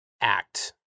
act